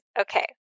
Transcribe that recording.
Okay